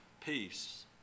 peace